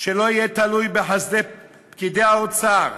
שלא יהיה תלוי בחסדי פקידי האוצר,